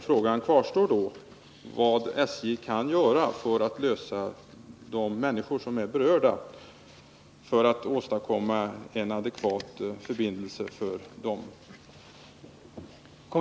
Frågan kvarstår då vad SJ kan göra för att lösa problemen för de berörda människorna och för att åstadkomma en adekvat förbindelse för dem.